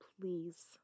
please